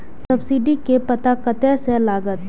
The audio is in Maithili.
सब्सीडी के पता कतय से लागत?